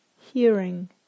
hearing